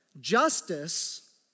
justice